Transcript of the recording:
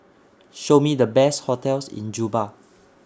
Show Me The Best hotels in Juba